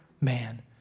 man